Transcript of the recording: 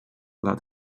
let